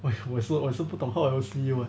!aiyo! 我也是不懂 how I will see you eh